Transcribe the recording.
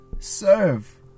serve